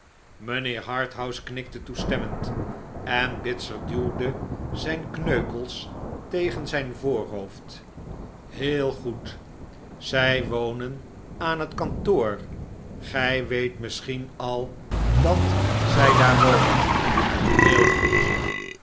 mijnlieer harthouse knikte toestemmend en bitzer duwde zijne kneukels tegen zijn voorhoofd heel goed zij wonen aan het kantoor gij weet misschien al dat zij daar wonen heel goed